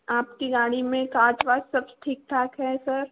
आपकी गाड़ी में काँच वाँच सब ठीक ठाक है सर